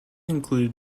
included